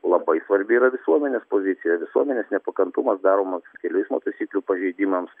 labai svarbi yra visuomenės pozicija visuomenės nepakantumas daromams kelių eismo taisyklių pažeidimams